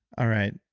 all right.